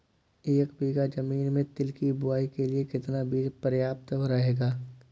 एक बीघा ज़मीन में तिल की बुआई के लिए कितना बीज प्रयाप्त रहेगा?